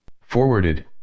Forwarded